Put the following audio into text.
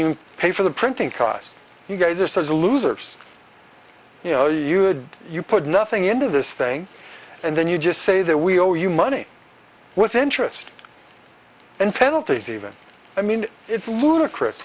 even pay for the printing cost you guys are such losers you know you would you put nothing into this thing and then you just say that we owe you money with interest and penalties even i mean it's ludicrous